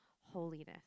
holiness